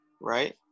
right